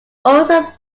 also